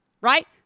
Right